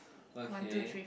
okay